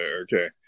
Okay